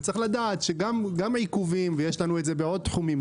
וצריך לדעת שגם עיכובים ויש לנו את זה בעוד תחומים,